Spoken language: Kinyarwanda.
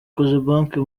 cogebanque